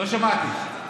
לא שמעתי.